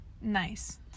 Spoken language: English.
nice